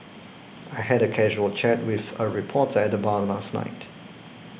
I had a casual chat with a reporter at the bar last night